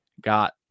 got